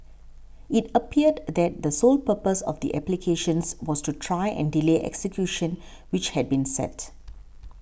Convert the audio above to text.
it appeared that the sole purpose of the applications was to try and delay execution which had been set